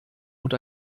und